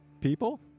people